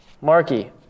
Marky